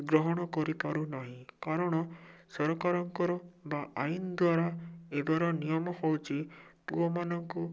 ଗ୍ରହଣ କରିପାରୁନାହିଁ କାରଣ ସରକାରଙ୍କର ବା ଆଇନ ଦ୍ୱାରା ଏବେର ନିୟମ ହଉଛି ପୁଅମାନଙ୍କୁ